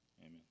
amen